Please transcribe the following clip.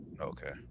Okay